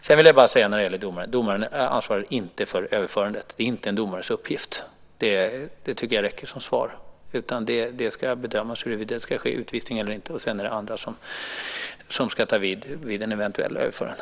Sedan vill jag säga en sak när det gäller domare. Domarna ansvarar inte för överförandet. Det är inte en domares uppgift. Det tycker jag räcker som svar. Det ska bedömas huruvida det ska ske utvisning eller inte. Sedan är det andra som ska ta vid vid ett eventuellt överförande.